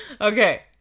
Okay